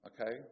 okay